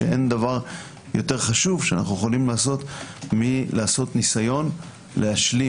שאין דבר יותר חשוב שאנו יכולים לעשות מלעשות ניסיון מלהשלים